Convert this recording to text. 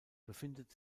befindet